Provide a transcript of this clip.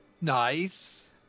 nice